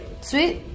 Sweet